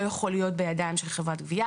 יכול להיות בידיים של חברת הגבייה.